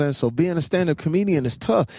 and so being a standup comedian is tough.